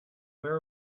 where